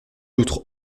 outre